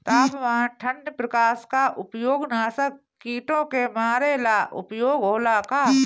तापमान ठण्ड प्रकास का उपयोग नाशक कीटो के मारे ला उपयोग होला का?